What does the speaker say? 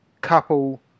couple